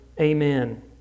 Amen